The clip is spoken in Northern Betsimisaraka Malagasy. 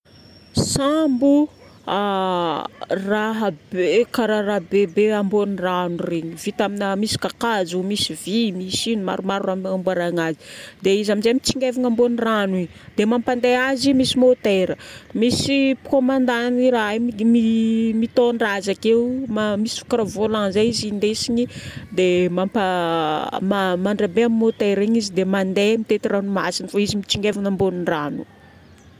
Sambo raha be karaha raha bebe ambony rano regny. Vita amina- misy kakazo dia misy vy, misy maromaro raha agnamboaragna azy. Dia izy amizay mitsingevagna ambonin'ny rano igny. Dia mampandeha azy misy môtera. Misy commandant-n'i raha igny ny mitondra azy akeo. Ma- misy karaha volant zay izy indesigny dia mampa mandrahabe amin'ny môtera igny izy dia mandeha mitety ranomasigny fô izy mitsingevagna ambonin'ny rano.